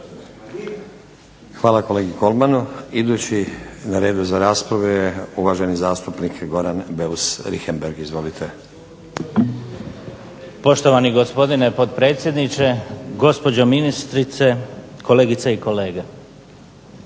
Hvala kolegi Kolmanu. Idući na redu za raspravu je uvaženi zastupnik Goran Beus Richembergh. Izvolite. **Beus Richembergh, Goran (HNS)** Poštovani gospodine potpredsjedniče, gospođo ministrice, kolegice i kolege.